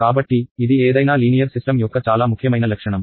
కాబట్టి ఇది ఏదైనా లీనియర్ సిస్టమ్ యొక్క చాలా ముఖ్యమైన లక్షణం